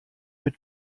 mit